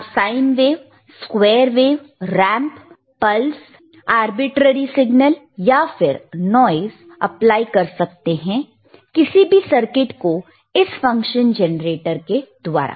आप sine wave square wave ramp pulse arbitrary signal या फिर नॉइस अप्लाई कर सकते हैं किसी भी सर्किट को इस फंक्शन जेनरेटर के द्वारा